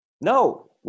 No